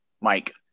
Mike